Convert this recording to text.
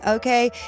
Okay